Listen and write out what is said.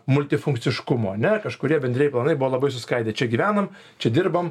multifunkciškumo ane kažkurie bendrieji planai buvo labai suskaidę čia gyvenam čia dirbam